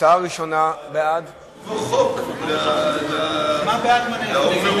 הצעה ראשונה, בעד, מה שהשר אומר.